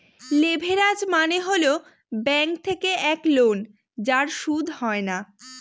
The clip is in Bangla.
লেভেরাজ মানে হল ব্যাঙ্ক থেকে এক লোন যার সুদ হয় না